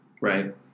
Right